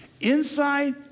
inside